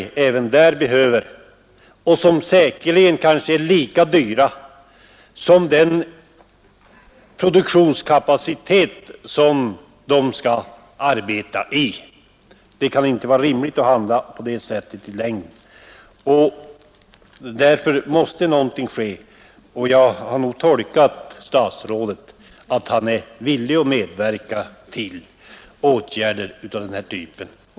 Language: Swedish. Det blir säkerligen lika dyrt som den produktionskapacitet de flyttade människorna svarar för. I längden kan det inte vara rimligt att handla på det sättet. Därför måste någonting ske, och jar har tolkat statsrådets svar så att han är villig att medverka till åtgärder av den här typen.